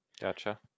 Gotcha